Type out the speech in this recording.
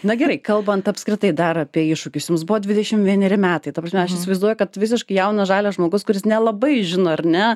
na gerai kalbant apskritai dar apie iššūkius jums buvo dvidešim vieneri metai ta prasme aš įsivaizduoju kad visiškai jaunas žalias žmogus kuris nelabai žino ar ne